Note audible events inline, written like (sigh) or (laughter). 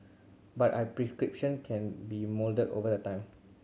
but I (unintelligible) can be moulded over the time